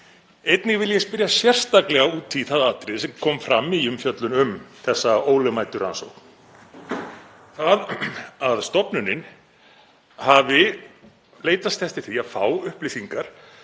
Einnig vil ég spyrja sérstaklega út í það atriði sem kom fram í umfjöllun um þessa ólögmætu rannsókn, það að stofnunin hafi leitast eftir því að fá upplýsingar